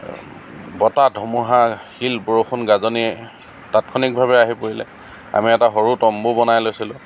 বতাহ ধুমুহা শিল বৰষুণ গাজনি তাৎক্ষণিকভাৱে আহি পৰিলে আমি এটা সৰু তম্বু বনাই লৈছিলোঁ